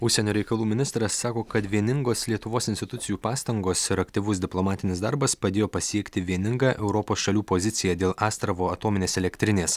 užsienio reikalų ministras sako kad vieningos lietuvos institucijų pastangos ir aktyvus diplomatinis darbas padėjo pasiekti vieningą europos šalių poziciją dėl astravo atominės elektrinės